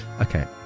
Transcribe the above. Okay